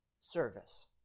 service